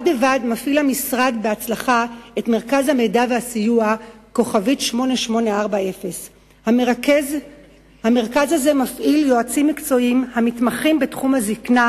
בד בבד מפעיל המשרד בהצלחה את מרכז המידע והסיוע 8840*. המרכז הזה מפעיל יועצים מקצועיים המתמחים בתחום הזיקנה,